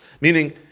meaning